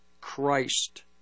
Christ